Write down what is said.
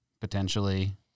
potentially